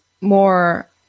more